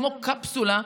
כמו קפסולה,